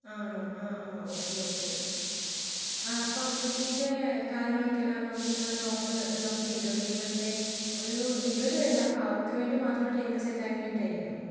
ആണോ ആ ആ ഓക്കേ ഓക്കേ ആ അപ്പോൾ ഫുഡിൻറ്റെ കാര്യങ്ങളൊക്കെയെല്ലാം നമുക്ക് ഇത്ര രൂപ ഓഫറ് നമുക്ക് കിട്ടുമോ ടേബിളിൻറ്റെയും ഒരു ഇരുപത് പേരുണ്ടാവും അപ്പോൾ അവർക്ക് വേണ്ടി മാത്രം ടേബിള് സെറ്റ് ആക്കാൻ വേണ്ടീട്ടായിരുന്നു